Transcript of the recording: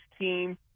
team